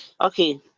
Okay